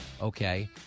okay